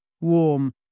warm